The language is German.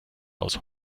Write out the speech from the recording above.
aus